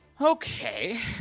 Okay